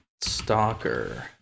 Stalker